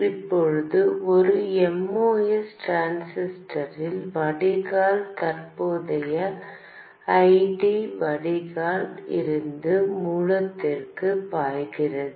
இப்போது ஒரு MOS டிரான்சிஸ்டரில் வடிகால் தற்போதைய ID வடிகால் இருந்து மூலத்திற்கு பாய்கிறது